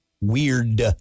Weird